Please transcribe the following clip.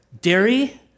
Dairy